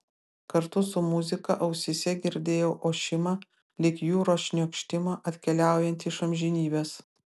kartu su muzika ausyse girdėjau ošimą lyg jūros šniokštimą atkeliaujantį iš amžinybės